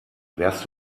wärst